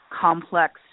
complex